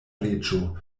reĝo